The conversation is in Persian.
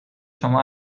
شما